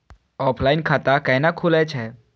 Offline खाता कैना खुलै छै?